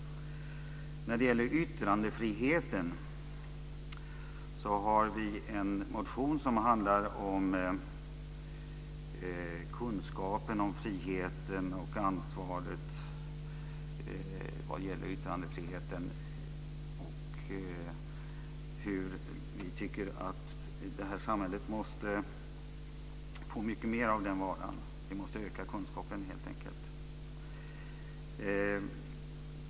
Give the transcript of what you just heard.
När det gäller yttrandefriheten har vi en motion som handlar om kunskapen om friheten och ansvaret vad gäller yttrandefriheten. Vi tycker att det här samhället måste få mycket mer av den varan. Vi måste öka kunskapen helt enkelt.